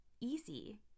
easy